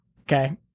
Okay